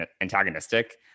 antagonistic